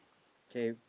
okay